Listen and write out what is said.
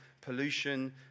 pollution